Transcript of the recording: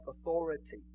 authority